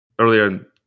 earlier